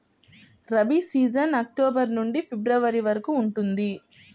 rabi season October నుండి ఫిబ్రవరి వరకు ఉంటుంది